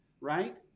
right